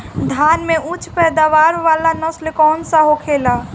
धान में उच्च पैदावार वाला नस्ल कौन सा होखेला?